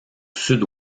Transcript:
sud